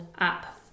up